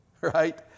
right